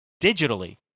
digitally